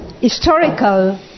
historical